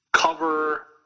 cover